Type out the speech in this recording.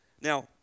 Now